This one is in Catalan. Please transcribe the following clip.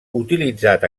utilitzat